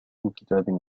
كتاب